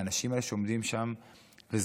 האנשים האלה שעומדים שם וזועקים,